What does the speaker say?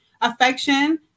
affection